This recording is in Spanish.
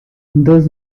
dos